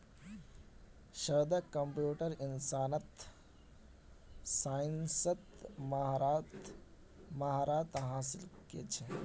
सैयदक कंप्यूटर साइंसत महारत हासिल छेक